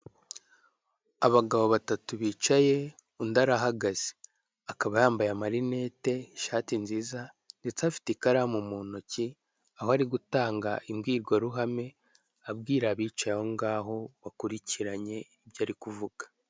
Abagabo batatu bicaye undi arahagaze, akaba yambaye amarineti, ishati nziza ndetse afite ikaramu mu ntoki aho ari gutanga imbwirwaruhame abwira abicaye aho ngaho bakurikiranye ibyo ari kuvuga.